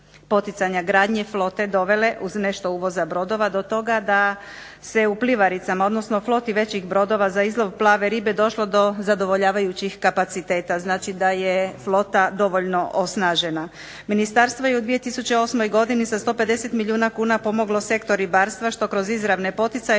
poticanja gradnji flote dovele uz nešto uvoza brodova do toga da se u plivaricama odnosno u floti većih brodova za izlov plave ribe došlo do zadovoljavajućih kapaciteta, znači da je flota dovoljno osnažena. Ministarstvo je u 2008. godini sa 150 milijuna kuna pomoglo sektor ribarstva što kroz izravne poticaje